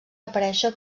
aparèixer